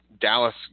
Dallas